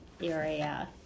area